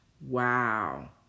Wow